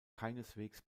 keineswegs